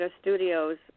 Studios